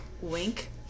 Wink